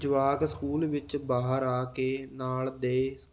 ਜਵਾਕ ਸਕੂਲ ਵਿੱਚ ਬਾਹਰ ਆ ਕੇ ਨਾਲ ਦੇ